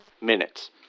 minutes